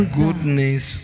goodness